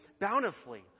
bountifully